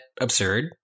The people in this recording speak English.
absurd